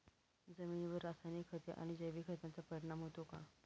जमिनीवर रासायनिक खते आणि जैविक खतांचा परिणाम होतो का?